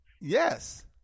yes